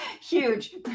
Huge